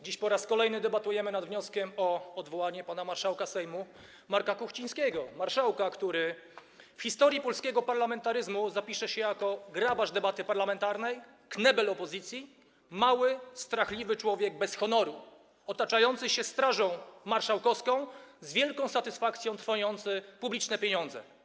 Dziś po raz kolejny debatujemy nad wnioskiem o odwołanie pana marszałka Sejmu Marka Kuchcińskiego, marszałka, który w historii polskiego parlamentaryzmu zapisze się jako grabarz debaty parlamentarnej, knebel opozycji, mały, strachliwy człowiek bez honoru otaczający się Strażą Marszałkowską, z wielką satysfakcją trwoniący publiczne pieniądze.